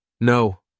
No